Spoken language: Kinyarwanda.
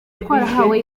twahawe